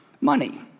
money